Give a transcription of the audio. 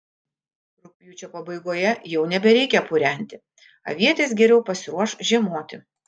rugpjūčio pabaigoje jau nebereikia purenti avietės geriau pasiruoš žiemoti